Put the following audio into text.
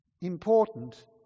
Important